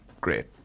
great